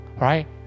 Right